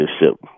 leadership